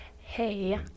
Hey